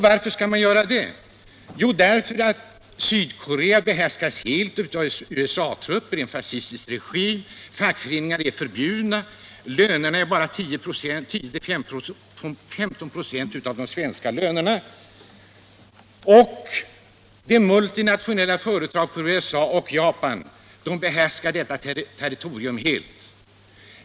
Varför det? Jo, därför att Sydkorea behärskas helt av USA-trupper och en fascistisk regim. Fackföreningar är förbjudna. Lönerna är bara 10-15 26 av de svenska lönerna. De multinationella företagen från USA och Japan behärskar detta territorium helt.